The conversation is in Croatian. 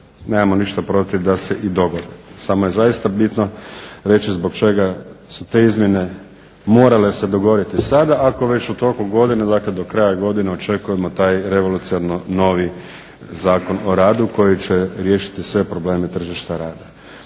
nemamo ništa protiv da se i dogode, samo je zaista bitno reći zbog čega su te izmjene morale se dogoditi sada ako već u toku godine, dakle do kraja godine očekujemo taj revolucionarni novi Zakon o radu koji će riješiti sve probleme tržišta rada.